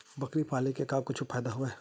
बकरी पाले ले का कुछु फ़ायदा हवय?